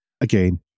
again